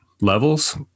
levels